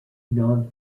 non